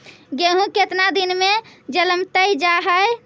गेहूं केतना दिन में जलमतइ जा है?